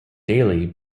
daly